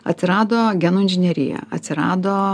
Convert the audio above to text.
atsirado genų inžinerija atsirado